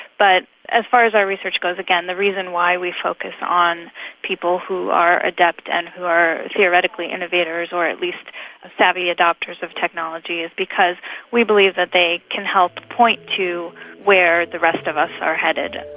but as far as our research goes, again, the reason why we focus on people who are adept and who are theoretically innovators or it least savvy adopters of technology is because we believe that they can help point to where the rest of us are headed.